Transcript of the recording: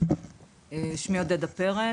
שמי עודדה פרץ,